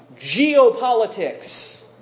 geopolitics